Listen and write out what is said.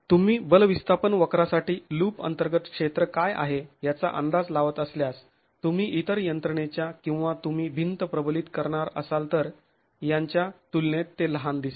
तुम्ही बल विस्थापन वक्रासाठी लुप अंतर्गत क्षेत्र काय आहे याचा अंदाज लावत असल्यास तुम्ही इतर यंत्रणेच्या किंवा तुम्ही भिंत प्रबलित करणार असाल तर यांच्या तुलनेत ते लहान दिसेल